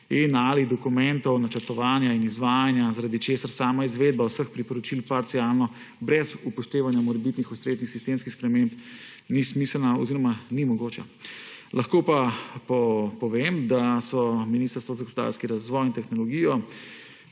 in dokumentov načrtovanja in izvajanja, zaradi česar sama izvedba vseh priporočil parcialno, brez upoštevanja morebitnih ustreznih sistemskih sprememb, ni smiselna oziroma ni mogoča. Lahko pa povem, da so Ministrstvo za gospodarski razvoj in tehnologijo,